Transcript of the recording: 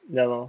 ya lor